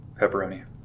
Pepperoni